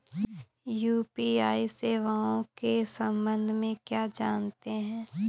UPI सेवाओं के संबंध में क्या जानते हैं?